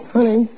Honey